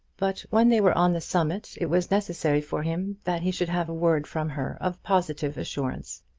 but when they were on the summit it was necessary for him that he should have a word from her of positive assurance.